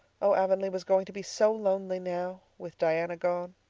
oh, avonlea was going to be so lonely now with diana gone!